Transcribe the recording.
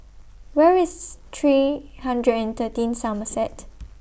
Where IS three hundred and thirteen Somerset